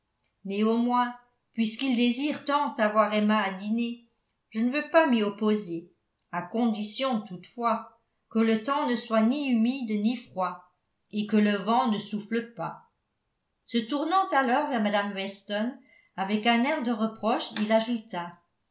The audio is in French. néanmoins puisqu'ils désirent tant avoir emma à dîner je ne veux pas m'y opposer à condition toutefois que le temps ne soit ni humide ni froid et que le vent ne souffle pas se tournant alors vers mme weston avec un air de reproche il ajouta